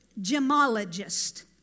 gemologist